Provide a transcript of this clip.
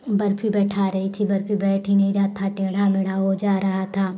फिर बर्फी बैठा रही थी बर्फी बैठ ही नहीं रहा था टेढ़ा मेढ़ा हो जा रहा था